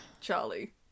Charlie